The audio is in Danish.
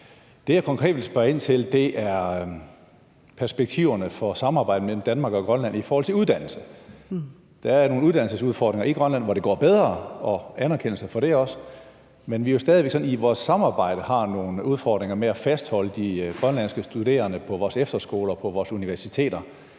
Det, jeg konkret vil spørge ind til, er perspektiverne for et samarbejde mellem Danmark og Grønland om uddannelse. Der er nogle uddannelsesudfordringer i Grønland, hvor det går bedre, og det vil jeg også gerne anerkende; men det er jo stadig væk sådan, at vi i vores samarbejde har nogle udfordringer med at fastholde de grønlandske studerende på vores efterskoler og vores universiteter.